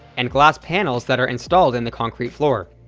and glass panels that are installed in the concrete floor.